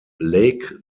lake